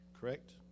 correct